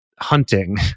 hunting